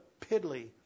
piddly